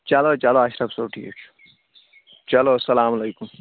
چلو چلو اَشرف صٲب ٹھیٖک چھُ چلو سَلامُ علیکُم